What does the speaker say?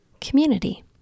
community